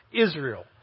Israel